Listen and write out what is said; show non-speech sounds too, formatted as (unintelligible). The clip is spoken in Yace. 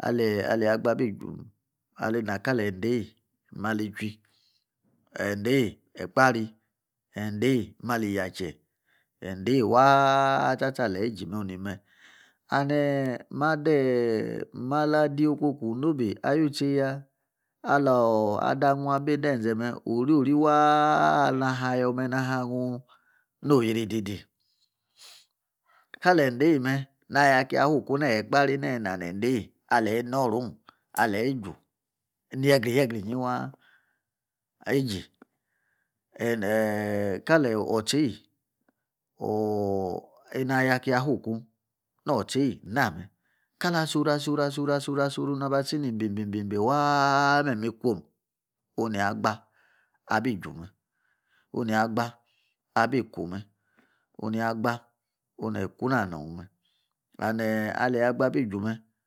aliah agba abi juw alina kalendei malichwi endei Ekpaari. endei malii yache. endei waa tsa. tsa aliyi gime onume and madi adi alokoku nobe alu te ya ala Ada amwa Ayi benȝe me' oro rii waa'ana ha yome na ga'ngwng noo'Ari didi kali endee'me. nayor kia hukwu ni Ekpa ri yi nano endei aleyi norrown aleyiju nyegriyin egrinyin waa yigi (hesitation) eni ayo kia fuku no otsaa'niname kali asoru. asoru. asoru. asoru na sa si nimbimbim be waa meme ikwom nia agbaa abi jume. inia agba abikume onia agba oni yi kuna name and eh! alia agba abi jume (unintelligible)